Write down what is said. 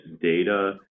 data